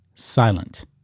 Silent